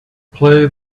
play